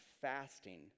fasting